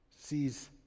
sees